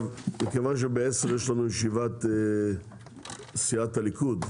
מכיוון שב-10:00 יש לנו ישיבה של סיעת הליכוד,